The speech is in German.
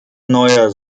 neuer